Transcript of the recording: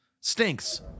Stinks